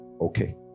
okay